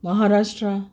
Maharashtra